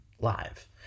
live